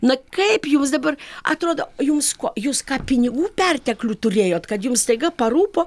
na kaip jūs dabar atrodo jums ko jūs ką pinigų perteklių turėjot kad jums staiga parūpo